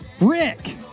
Rick